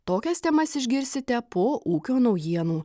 tokias temas išgirsite po ūkio naujienų